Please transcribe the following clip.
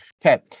okay